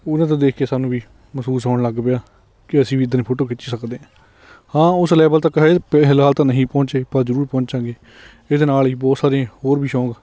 ਉਹਨਾਂ ਤੋਂ ਦੇਖ ਕੇ ਸਾਨੂੰ ਵੀ ਮਹਿਸੂਸ ਹੋਣ ਲੱਗ ਪਿਆ ਕਿ ਅਸੀਂ ਵੀ ਇੱਦਾਂ ਦੀਆਂ ਫੋਟੋ ਖਿੱਚ ਸਕਦੇ ਹਾਂ ਹਾਂ ਉਸ ਲੈਵਲ ਤੱਕ ਹਜੇ ਫਿਲਹਾਲ ਤਾਂ ਨਹੀਂ ਪਹੁੰਚੇ ਪਰ ਜ਼ਰੂਰ ਪਹੁੰਚਾਂਗੇ ਇਹਦੇ ਨਾਲ ਹੀ ਬਹੁਤ ਸਾਰੀਆਂ ਹੋਰ ਵੀ ਸ਼ੌਂਕ